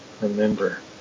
remember